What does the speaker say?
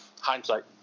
hindsight